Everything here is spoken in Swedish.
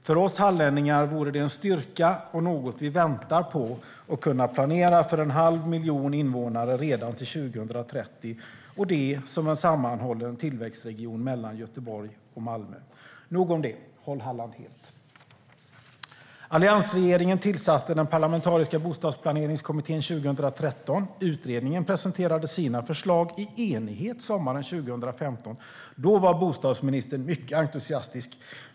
För oss hallänningar vore det en styrka och är något vi väntar på att kunna planera för en halv miljon invånare redan till 2030 som en sammanhållen tillväxtregion mellan Göteborg och Malmö. Nog om det: Håll Halland helt! Alliansregeringen tillsatte den parlamentariska Bostadsplaneringskommittén 2013. Utredningen presenterade sina förslag i enighet sommaren 2015. Då var bostadsministern mycket entusiastisk.